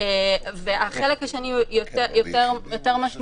החלק השני הוא יותר משמעותי